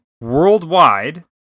worldwide